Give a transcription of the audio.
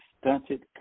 stunted